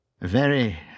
Very